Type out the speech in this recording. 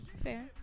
Fair